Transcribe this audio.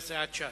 חבר סיעת ש"ס.